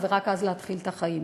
ורק אז מתחילים את החיים,